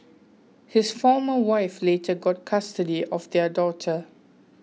his former wife later got custody of their daughter